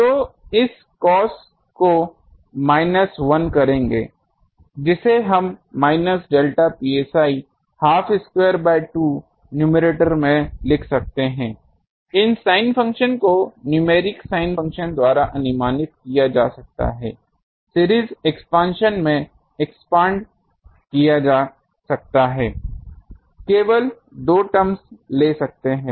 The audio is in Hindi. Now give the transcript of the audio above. तो इस cos को माइनस 1 करेंगे जिसे हम minus delta psi half square by 2 numerator में लिख सकते हैं इन sin फ़ंक्शन को न्यूमेरिक sin फ़ंक्शन द्वारा अनुमानित किया जा सकता है सीरीज एक्सपांशन में एक्सपान्ड किया जा सकता है केवल दो टर्म्स ले सकते हैं